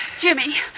Jimmy